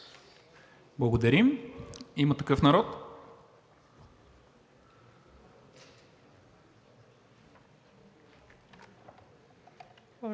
Благодаря. „Има такъв народ“.